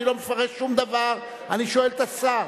אני לא מפרש שום דבר, אני שואל את השר.